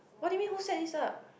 what do you mean who set this up